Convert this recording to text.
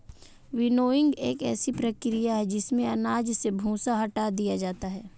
winnowing एक ऐसी प्रक्रिया है जिसमें अनाज से भूसा हटा दिया जाता है